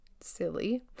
silly